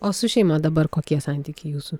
o su šeima dabar kokie santykiai jūsų